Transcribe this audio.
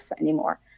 anymore